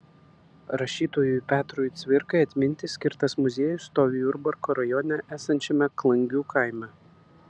rašytojui petrui cvirkai atminti skirtas muziejus stovi jurbarko rajone esančiame klangių kaime